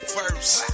first